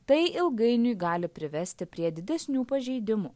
tai ilgainiui gali privesti prie didesnių pažeidimų